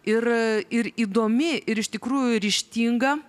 ir ir įdomi ir iš tikrųjų ryžtinga